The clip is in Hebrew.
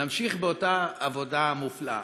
להמשיך באותה עבודה מופלאה.